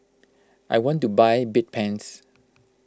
I want to buy Bedpans